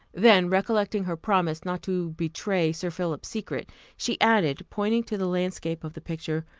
then recollecting her promise, not to betray sir philip's secret, she added, pointing to the landscape of the picture,